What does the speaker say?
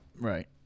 Right